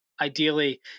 ideally